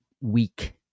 weak